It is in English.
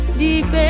deep